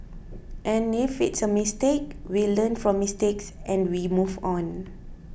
and if it's a mistake we learn from mistakes and we move on